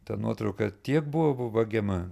ta nuotrauka tiek buvo va vagiama